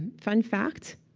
fun fact,